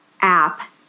app